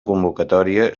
convocatòria